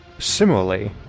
Similarly